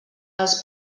els